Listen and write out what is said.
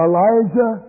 Elijah